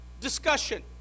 discussion